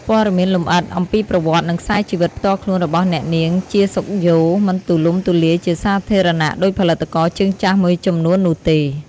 ព័ត៌មានលម្អិតអំពីប្រវត្តិ និងខ្សែជីវិតផ្ទាល់ខ្លួនរបស់អ្នកនាង ជា សុខយ៉ូ មិនទូលំទូលាយជាសាធារណៈដូចផលិតករជើងចាស់មួយចំនួននោះទេ។